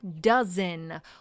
dozen